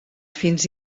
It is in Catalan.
fins